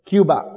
Cuba